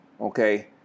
Okay